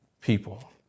people